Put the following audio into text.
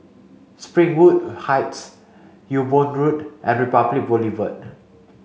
Springwood Heights Ewe Boon Road and Republic Boulevard